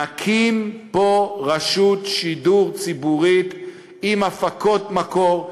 נקים פה רשות שידור ציבורית עם הפקות מקור,